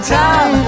time